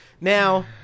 Now